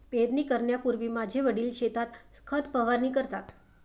पेरणी करण्यापूर्वी माझे वडील शेतात खत फवारणी करतात